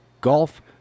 golf